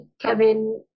kevin